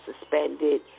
suspended